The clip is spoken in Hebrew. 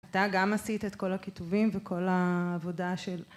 אתה גם עשית את כל הכיתובים וכל העבודה של...